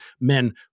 men